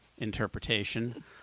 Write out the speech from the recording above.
interpretation